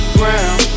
ground